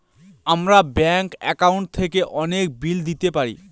আমরা bank account থেকে অনেক বিল দিতে পারি